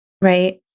right